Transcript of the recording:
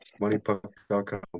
Moneypuck.com